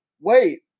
wait